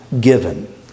given